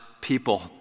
people